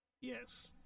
Yes